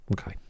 Okay